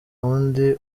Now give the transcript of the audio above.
wundi